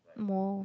more